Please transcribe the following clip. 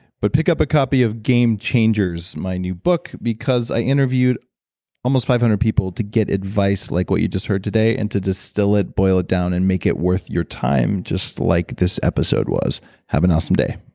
but pick up a copy of game changers, my new book because i interviewed almost five hundred people to get advice like what you just heard today and to distill it, boil it down and make it worth your time just like this episode was have an awesome day